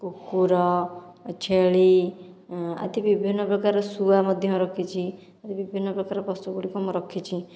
କୁକୁର ଛେଳି ଆଦି ବିଭିନ୍ନ ପ୍ରକାର ଶୁଆ ମଧ୍ୟ ରଖିଛି ବିଭିନ୍ନ ପ୍ରକାର ପଶୁଗୁଡ଼ିକ ମୁଁ ରଖିଛି